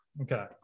Okay